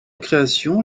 création